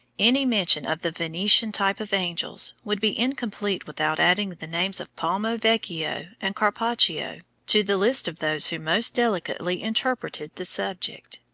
any mention of the venetian type of angels would be incomplete without adding the names of palma vecchio and carpaccio to the list of those who most delicately interpreted the subject.